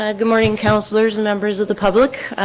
ah good morning, councillors and members of the public.